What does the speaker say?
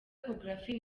echographie